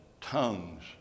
tongues